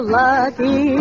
lucky